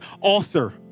author